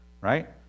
right